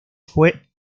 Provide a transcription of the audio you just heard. fue